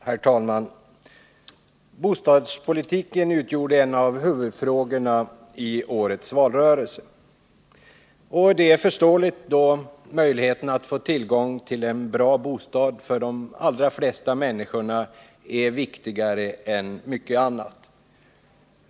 Herr talman! Bostadspolitiken utgjorde en av huvudfrågorna i årets valrörelse. Det är förståeligt, då möjligheten att få tillgång till en bra bostad för de flesta människor är viktigare än mycket annat.